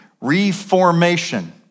reformation